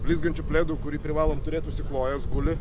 blizgančiu pledu kurį privalom turėt užsiklojęs guli